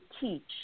teach